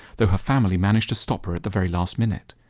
though her family managed to stop her at the very last minute.